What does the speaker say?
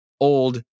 old